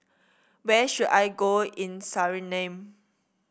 where should I go in Suriname